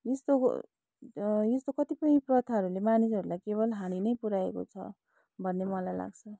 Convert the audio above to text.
यस्तो ग यस्तो कतिपय प्रथाहरूले मानिसहरूलाई केवल हानि नै पुर्याएको छ भन्ने मलाई लाग्छ